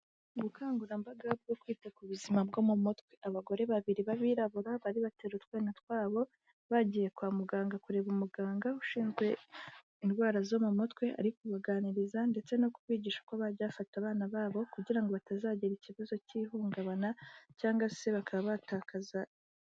Ubukangurambaga bwo kwita ku buzima bwo mu mutwe. Abagore babiri b'abirabura bari bateruye utwana twabo bagiye kwa muganga kureba umuganga ushinzwe indwara zo mu mutwe, ari kubaganiriza ndetse no kubigisha uko bajya bafata abana babo, kugira ngo batazagira ikibazo cy'ihungabana cyangwa se bakaba batakaza.